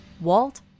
Walt